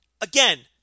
again